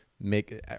make